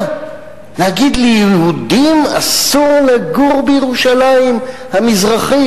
להגיד ליהודים: אסור לגור בירושלים המזרחית,